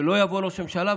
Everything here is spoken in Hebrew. שלא יבוא ראש הממשלה,